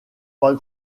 pas